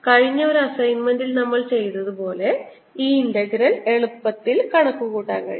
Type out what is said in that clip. കഴിഞ്ഞ ഒരു അസൈൻമെന്റിൽ നമ്മൾ ചെയ്തതുപോലെ ഈ ഇന്റഗ്രൽ എളുപ്പത്തിൽ കണക്കുകൂട്ടാൻ കഴിയും